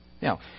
Now